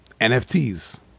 NFTs